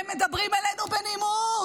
הם מדברים אלינו בנימוס,